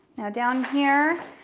now, down here,